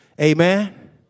Amen